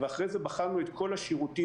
ואחרי זה בחנו את כל השירותים,